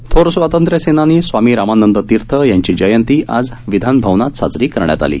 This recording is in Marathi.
थोर स्वातंत्र सेनानी स्वामी रामानंद तीर्थ यांची जयंती आज विधान भवनात साजरी करण्यात आली